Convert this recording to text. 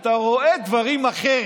אתה רואה דברים אחרת,